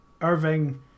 Irving